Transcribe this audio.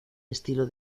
estilo